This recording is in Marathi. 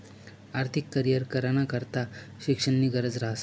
आर्थिक करीयर कराना करता शिक्षणनी गरज ह्रास